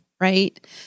right